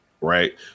Right